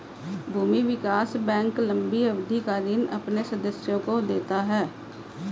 भूमि विकास बैंक लम्बी अवधि का ऋण अपने सदस्यों को देता है